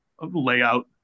layout